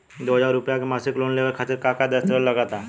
दो हज़ार रुपया के मासिक लोन लेवे खातिर का का दस्तावेजऽ लग त?